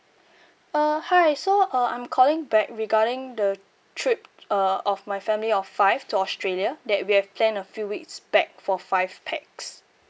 uh hi so uh I'm calling back regarding the trip uh of my family of five to australia that we have planned a few weeks back for five pax